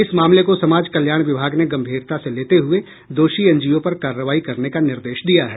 इस मामले को समाज कल्याण विभाग ने गंभीरता से लेते हुये दोषी एनजीओ पर कार्रवाई करने का निर्देश दिया है